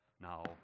now